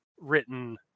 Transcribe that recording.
written